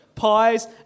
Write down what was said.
pies